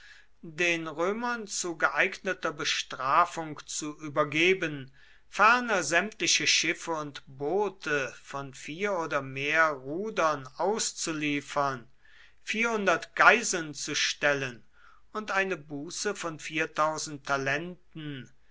den römern zu geeigneter bestrafung zu übergeben ferner sämtliche schiffe und boote von vier oder mehr rudern auszuliefern geiseln zu stellen und eine buße von talenten